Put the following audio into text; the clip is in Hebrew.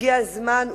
הגיע הזמן,